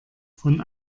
von